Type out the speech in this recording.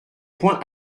points